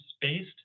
based